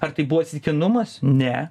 ar tai buvo atsitiktinumas ne